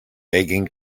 megan